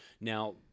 Now